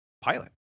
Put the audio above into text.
pilot